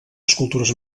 escultures